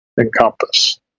encompass